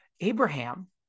Abraham